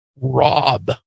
Rob